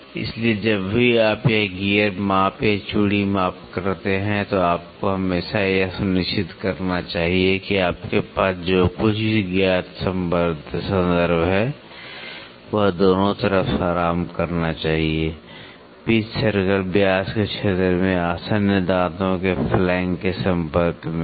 इसलिए जब भी आप यह गियर माप या चूड़ी माप करते हैं तो आपको हमेशा यह सुनिश्चित करना चाहिए कि आपके पास जो कुछ भी ज्ञात संदर्भ है वह दोनों तरफ आराम करना चाहिए पिच सर्कल व्यास के क्षेत्र में आसन्न दांतों के फ्लैंक के संपर्क में है